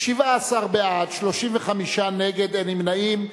17 בעד, 35 נגד ואין נמנעים.